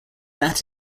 that